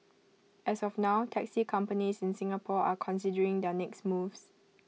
as of now taxi companies in Singapore are considering their next moves